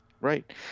right